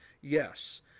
Yes